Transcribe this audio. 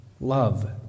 love